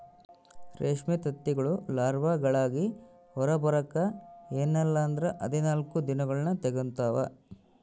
ರೇಷ್ಮೆ ತತ್ತಿಗಳು ಲಾರ್ವಾಗಳಾಗಿ ಹೊರಬರಕ ಎನ್ನಲ್ಲಂದ್ರ ಹದಿನಾಲ್ಕು ದಿನಗಳ್ನ ತೆಗಂತಾವ